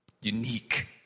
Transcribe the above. unique